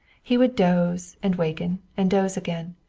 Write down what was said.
he would doze and waken and doze again.